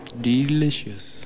delicious